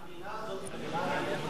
אל תגזים, בכל זאת המדינה הזאת מדינה ריבונית.